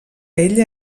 ella